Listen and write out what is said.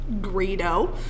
Greedo